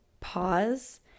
pause